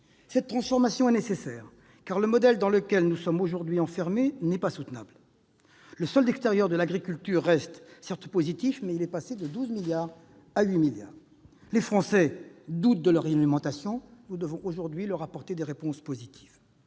Cette transformation est nécessaire, car le modèle dans lequel nous nous sommes aujourd'hui enfermés n'est pas soutenable : le solde extérieur de l'agriculture reste certes positif, mais il est passé de 12 milliards d'euros à 8 milliards d'euros. Les Français doutent de leur alimentation, nous devons aujourd'hui leur apporter des réponses positives.